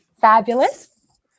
Fabulous